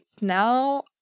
now